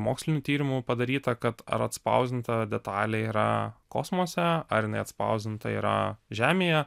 mokslinių tyrimų padaryta kad ar atspausdinta detalė yra kosmose ar jinai atspausdinta yra žemėje